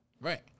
Right